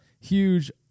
huge